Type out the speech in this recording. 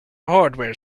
hardware